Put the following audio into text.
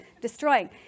destroying